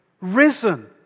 risen